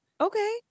Okay